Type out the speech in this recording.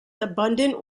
abundant